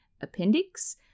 appendix